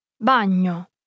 Bagno